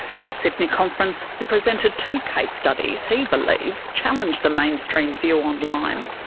at the sydney conference, he presented two case studies he believes challenge the mainstream view on lyme.